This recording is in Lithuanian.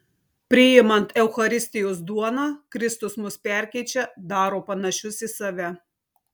priimant eucharistijos duoną kristus mus perkeičia daro panašius į save